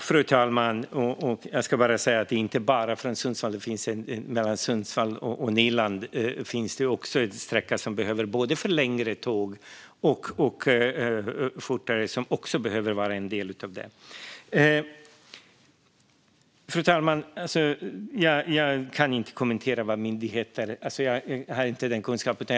Fru talman! Jag ska bara säga att det inte bara är från Sundsvall. Mellan Sundsvall och Nyland finns det också en sträcka som behöver byggas ut både för längre tåg och för att det ska gå fortare. Den behöver också vara en del av detta. Fru talman! Jag kan inte kommentera vad myndigheter gör - jag har inte den kunskapen.